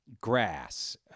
Grass